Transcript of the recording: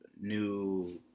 new